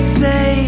say